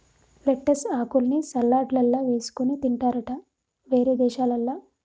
lettuce ఆకుల్ని సలాడ్లల్ల వేసుకొని తింటారట వేరే దేశాలల్ల